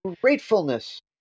gratefulness